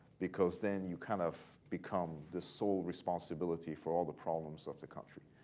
because then you kind of become the sole responsibility for all the problems of the country.